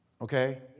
okay